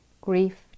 Grief